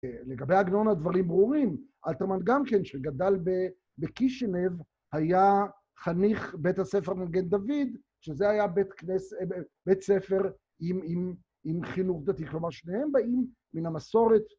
לגבי עגנון הדברים ברורים, אלתרמן גם כן, שגדל בקישינב, היה חניך בית הספר מגן דוד, שזה היה בית ספר עם חינוך דתי. כלומר, שניהם באים מן המסורת.